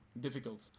difficult